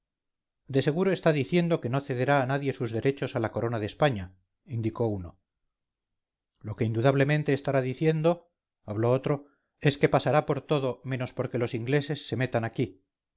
de seguro está diciendo que no cederá a nadie sus derechos a la corona de españa indicó uno lo que indudablemente estará diciendo habló otro es que pasará por todo menos porque los ingleses se metan aquí